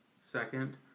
second